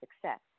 success